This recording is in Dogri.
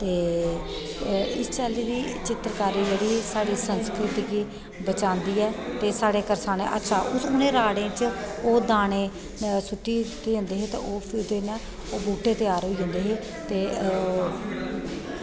ते इस चाल्ली दी चित्तरकारी जेह्ड़ी साढ़ी संस्कृति गी बचांदी ऐ ते साढ़े करसान हर साल ते एह् दाने दाने सुट्टी जंदे हे ते ओह् फिर बूह्टे त्यार होई जंदे हे ते